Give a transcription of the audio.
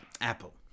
Apple